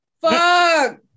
Fuck